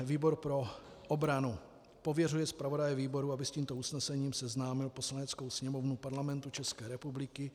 Výbor pro obranu pověřuje zpravodaje výboru, aby s tímto usnesením seznámil Poslaneckou sněmovnu Parlamentu České republiky.